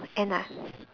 end ah